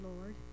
Lord